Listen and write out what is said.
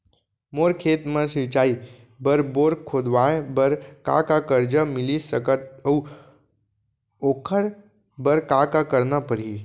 मोर खेत म सिंचाई बर बोर खोदवाये बर का का करजा मिलिस सकत हे अऊ ओखर बर का का करना परही?